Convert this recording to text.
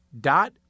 dot